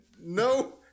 no